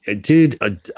dude